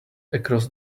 across